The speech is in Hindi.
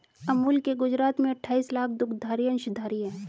अमूल के गुजरात में अठाईस लाख दुग्धधारी अंशधारी है